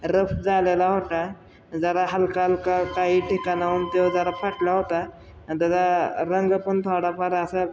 rough झालेला होता जरा हलका हलका काही ठिकाणाहून तो जरा फाटला होता आणि त्याचा रंग पण थोडाफार असा